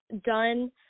done